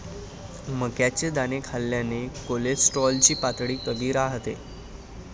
मक्याचे दाणे खाल्ल्याने कोलेस्टेरॉल ची पातळी कमी राहते